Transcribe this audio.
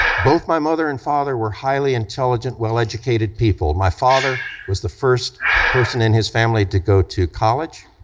both my mother and father were highly intelligent, well educated people. my father was the first person in his family to go to college,